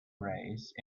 race